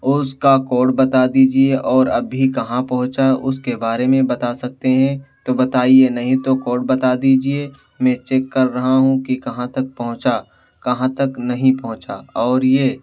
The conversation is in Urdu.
اس کا کوڈ بتا دیجیے اور ابھی کہاں پہنچا ہے اس کے بارے میں بتا سکتے ہیں تو بتائیے نہیں تو کوڈ بتا دیجیے میں چیک کر رہا ہوں کہ کہاں تک پہنچا کہاں تک نہیں پہنچا اور یہ